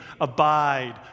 abide